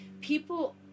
People